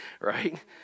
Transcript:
Right